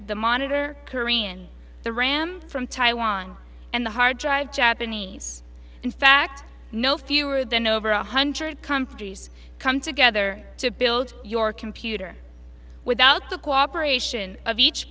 the monitor korean the ram from taiwan and the hard drive japanese in fact no fewer than over one hundred companies come together to build your computer without the cooperation of each